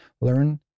learn